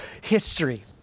history